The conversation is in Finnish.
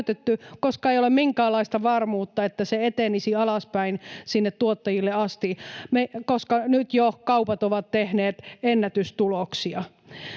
koska ei ole minkäänlaista varmuutta, että se etenisi alaspäin sinne tuottajille asti, koska nyt jo kaupat ovat tehneet ennätystuloksia.